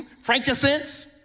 frankincense